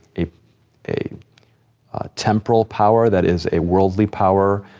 a a temporal power that is a worldly power,